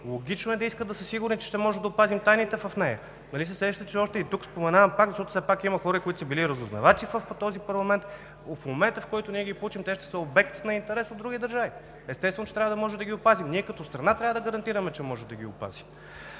Логично е да искат да са сигурни, че ще можем да опазим тайните в нея. Нали се сещате и тук споменавам отново, защото все пак има хора в този парламент, които са били разузнавачи, от момента, в който ги получим, те ще са обект на интерес от други държави. Естествено, че трябва да можем да ги опазим. Ние като страна трябва да гарантираме, че можем да ги опазим.